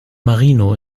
marino